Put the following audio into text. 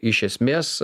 iš esmės